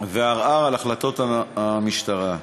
וערר על החלטות המשטרה.